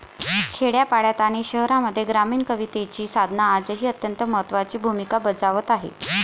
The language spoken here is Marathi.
खेड्यापाड्यांत आणि शहरांमध्ये ग्रामीण कवितेची साधना आजही अत्यंत महत्त्वाची भूमिका बजावत आहे